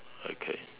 okay